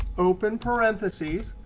open parentheses.